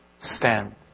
stand